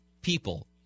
people